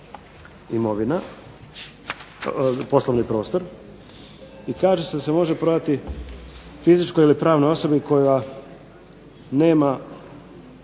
imovina, poslovni prostor. I kaže se da se može prodati fizičkoj ili pravnoj osobi koja nema,